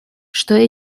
что